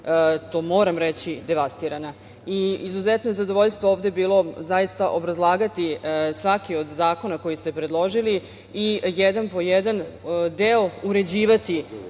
to moram reći, devastirana. Izuzetno je zadovoljstvo ovde bilo obrazlagati svaki od zakona koji ste predložili i jedan po jedan deo uređivati